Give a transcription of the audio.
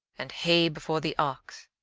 and hay before the ox,